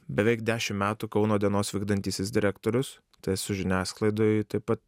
beveik dešim metų kauno dienos vykdantysis direktorius tai esu žiniasklaidoj taip pat